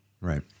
Right